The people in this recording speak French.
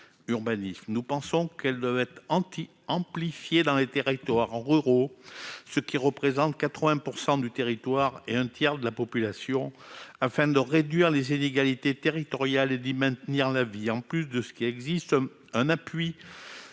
Nous estimons qu'elles doivent être amplifiées dans les territoires ruraux- cela représente 80 % du territoire et un tiers de la population -, afin de réduire les inégalités territoriales et d'y maintenir la vie. En complément de ce qui existe, un appui